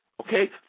okay